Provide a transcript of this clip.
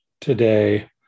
today